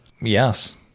yes